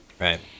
right